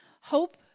Hope